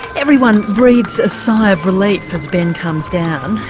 everyone breathes a sigh of relief as ben comes down,